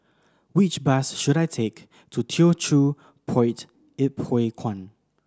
which bus should I take to Teochew Poit Ip Huay Kuan